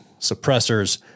suppressors